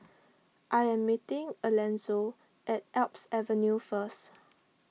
I am meeting Elonzo at Alps Avenue first